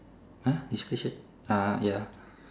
!huh! it's special ah ya